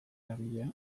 eragilea